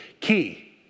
Key